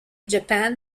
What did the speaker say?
japan